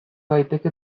daiteke